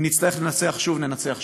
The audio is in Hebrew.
אם נצטרך לנצח שוב, ננצח שוב.